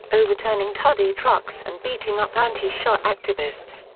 overturning tudeh trucks and beating up anti-shah activists.